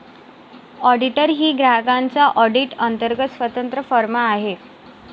auditor ही ग्राहकांच्या audit अंतर्गत स्वतंत्र फर्म आहे